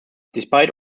despite